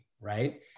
right